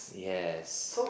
yes